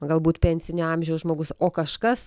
galbūt pensinio amžiaus žmogus o kažkas